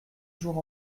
jours